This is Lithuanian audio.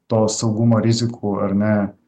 to saugumo rizikų ar ne